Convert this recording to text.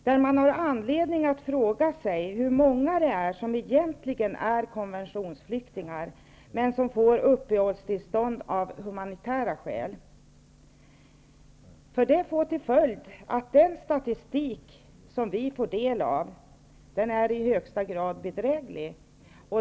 Det finns anledning att fråga hur många flyktingar som egentligen är konventionsflyktingar men som får uppehållstillstånd av humanitära skäl. Detta får till följd att den statistik som vi får del av i högsta grad är bedräglig.